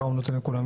מחר הוא נותן לכולם.